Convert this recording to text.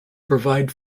provide